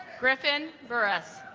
griffin burris